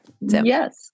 Yes